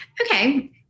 Okay